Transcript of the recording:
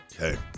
Okay